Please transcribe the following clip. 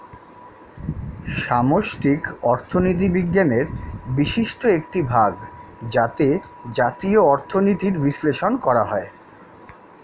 সামষ্টিক অর্থনীতি বিজ্ঞানের বিশিষ্ট একটি ভাগ যাতে জাতীয় অর্থনীতির বিশ্লেষণ করা হয়